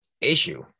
issue